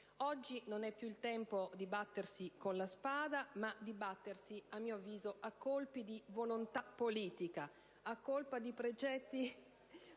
Oggi non è più il tempo di battersi con la spada; è tempo di battersi - a mio avviso - a colpi di volontà politica, di precetti